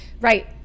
right